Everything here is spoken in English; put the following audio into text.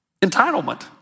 Entitlement